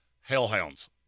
hellhounds